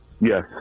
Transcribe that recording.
yes